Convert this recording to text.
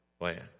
land